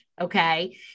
Okay